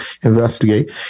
investigate